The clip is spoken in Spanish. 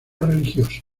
religioso